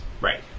Right